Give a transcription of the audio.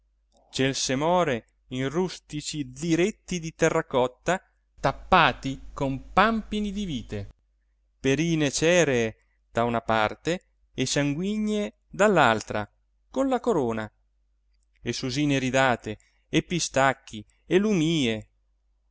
là celse more in rustici ziretti di terracotta tappati con pampini di vite perine ceree da una parte e sanguigne dall'altra con la corona e susine iridate e pistacchi e lumie